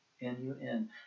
N-U-N